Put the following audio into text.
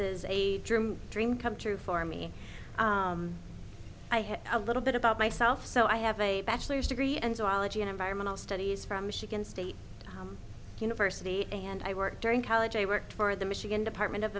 is a dream dream come true for me i have a little bit about myself so i have a bachelor's degree and zoology and environmental studies from michigan state university and i work during college i worked for the michigan department of